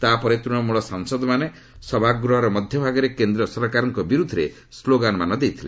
ତା'ପରେ ତୃଶମୂଳ ସାଂସଦମାନେ ସଭାଗୃହର ମଧ୍ୟଭାଗରେ କେନ୍ଦ୍ର ସରକାରଙ୍କ ବିରୁଦ୍ଧରେ ସ୍ଲୋଗାନମାନ ଦେଇଥିଲେ